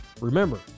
Remember